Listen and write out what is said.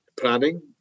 planning